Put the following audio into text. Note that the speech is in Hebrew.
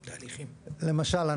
למשל,